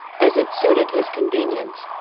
as it suited his convenience,